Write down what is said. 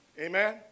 Amen